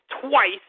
twice